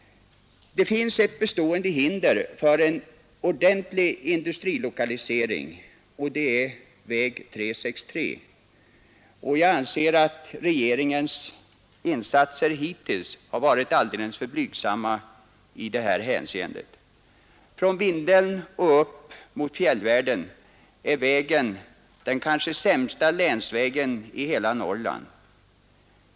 Det finns ett bestående hinder för en ordentlig industrilokalisering, och det är väg 363. Jag anser att regeringens insatser till förmån för den vägen hittills har varit alldeles för blygsamma. Från Vindeln upp mot fjällvärlden är vägen den kanske sämsta länsvägen i hela Norrland.